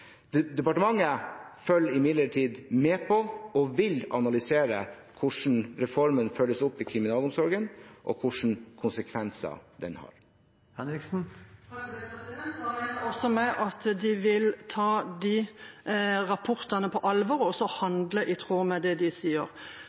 Departementet følger imidlertid med på og vil analysere hvordan reformen følges opp innenfor kriminalomsorgen, og hvilke konsekvenser den har. Da regner jeg også med at de vil ta de rapportene på alvor og handle i tråd med det de sier.